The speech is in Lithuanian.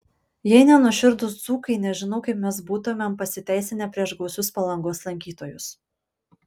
jei ne nuoširdūs dzūkai nežinau kaip mes būtumėm pasiteisinę prieš gausius palangos lankytojus